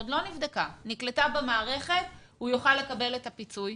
שקיימים: מענק הוצאות קבועות,